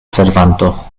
servanto